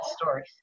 stories